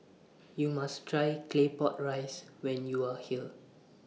YOU must Try Claypot Rice when YOU Are here